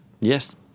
Yes